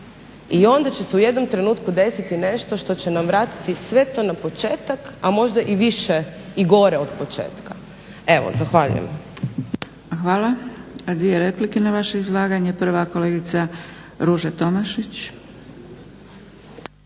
i onda će se u jednom trenutku desiti nešto što će nam vratiti sve to na početak, a možda i više i gore od početka. Evo zahvaljujem. **Zgrebec, Dragica (SDP)** Hvala. Imamo 2 replike na vaše izlaganje. Prva kolegica Ruža Tomašić.